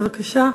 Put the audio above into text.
בבקשה,